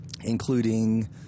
including